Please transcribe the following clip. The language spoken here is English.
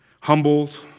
humbled